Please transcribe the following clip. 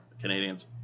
Canadians